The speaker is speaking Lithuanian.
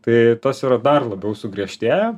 tai tas yra dar labiau sugriežtėję